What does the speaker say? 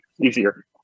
Easier